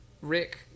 Rick